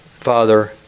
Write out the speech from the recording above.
Father